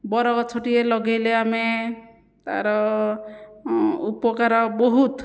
ବରଗଛଟିଏ ଲଗାଇଲେ ଆମେ ତାର ଉପକାର ବହୁତ